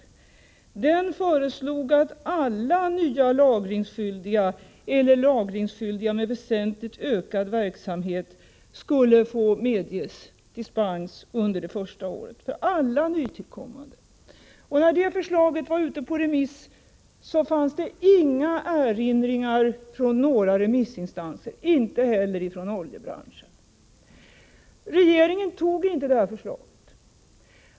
Utredningen föreslog att alla nytillkommande — jag betonar alla — lagringsskyldiga eller lagringsskyldiga med väsentligt ökad verksamhet skulle få medges dispens under det första året. När det förslaget var ute på remiss gjordes inga erinringar från några remissinstanser — inte «heller från oljebranschen. Regeringen antog inte detta förslag.